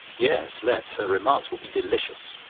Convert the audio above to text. yes let's. her remarks will be delicious.